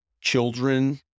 children